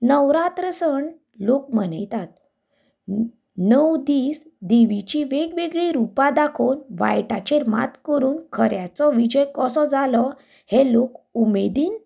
नवरात्र सण लोक मनयतात णव दीस देवीची वेगवेगळीं रूपां दाखोवन वायटाचेर मात कोरून खऱ्याचो विजय कसो जालो हें लोक उमेदीन